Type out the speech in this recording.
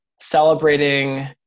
celebrating